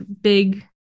big